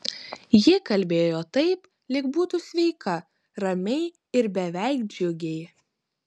ji kalbėjo taip lyg būtų sveika ramiai ir beveik džiugiai